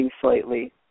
slightly